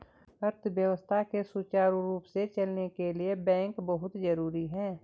अर्थव्यवस्था के सुचारु रूप से चलने के लिए बैंक बहुत जरुरी हैं